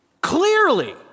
clearly